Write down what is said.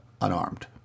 unarmed